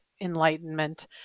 Enlightenment